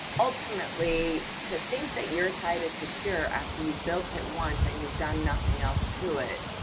ultimately, to think that you're site is secure after you've built it once and you've done nothing else to it,